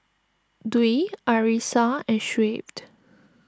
Dwi Arissa and Shuib